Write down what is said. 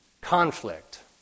conflict